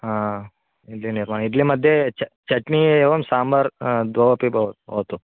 हा इड्लीनिर्मा इड्ली मध्ये च चट्नी एवं साम्बार् द्वौ अपि भव् भवतु